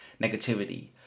negativity